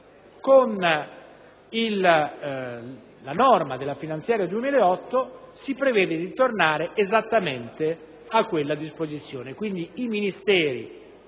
Con la norma della legge finanziaria 2008 si prevede di tornare esattamente a quella disposizione. I Ministeri